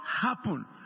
happen